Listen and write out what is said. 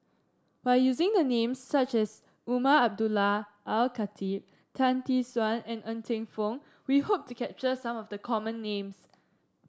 by using a name such as Umar Abdullah Al Khatib Tan Tee Suan and Ng Teng Fong we hope to capture some of the common names